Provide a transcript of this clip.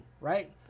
Right